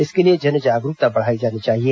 इसके लिए जन जागरूकता बढ़ाई जानी चाहिए